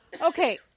Okay